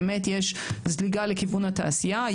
באמת יש זליגה לכיוון התעשייה.